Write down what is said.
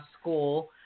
School